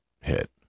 hit